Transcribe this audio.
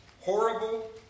horrible